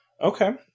okay